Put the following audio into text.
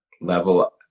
level